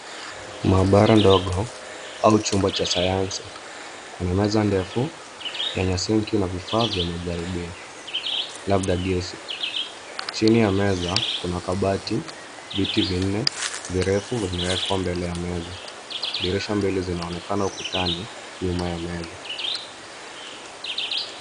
Maabara ndogo au chumba cha sayansi . KUna meza ndefu yenye singi na vifaa vya majaribio, labda gesi. Chini ya meza, kuna kabati, viti vinne virefu vimewekwa mbele ya meza. Dirisha mbili zinaonekana ukutani, nyuma ya meza.